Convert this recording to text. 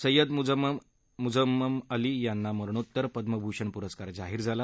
सय्यद मुअज्जम अली यांना मरणोत्तर पद्मभूषण पुरस्कार जाहीर झाला आहे